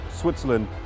Switzerland